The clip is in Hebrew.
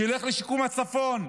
שילך לשיקום הצפון,